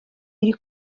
iri